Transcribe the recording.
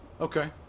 Okay